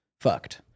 fucked